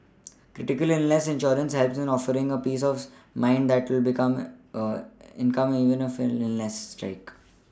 critical illness insurance helps in offering a peace of mind that there will be come income even if illnesses strike